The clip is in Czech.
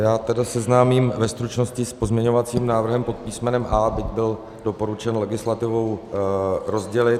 Já seznámím ve stručnosti s pozměňovacím návrhem pod písmenem A, byť byl doporučen legislativou rozdělit.